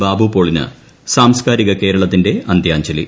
ബാബുപോളിന് സാംസ്കാരിക കേരളത്തിന്റെ അന്ത്യാഞ്ജലി